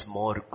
more